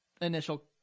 initial